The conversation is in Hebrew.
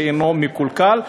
שאינו מקולקל,